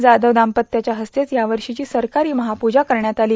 जावव दाम्पत्याच्या हस्तेच यावर्षीची सरकारी महापजा करण्यात आली